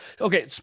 okay